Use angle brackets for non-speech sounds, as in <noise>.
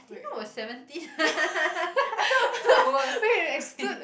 I didn't know it was seventeen <laughs> I thought it was two hours